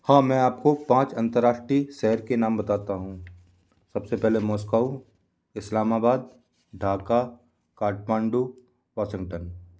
हाँ मैं आपको पाँच अन्तर्राष्ट्रीय शहर के नाम बताता हूँ सबसे पहले मोसकौ इस्लामाबाद ढाका काठमांडू वॉशिंगटन